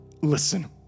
Listen